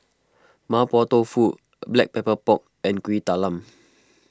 Mapo Tofu Black Pepper Pork and Kuih Talam